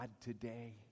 today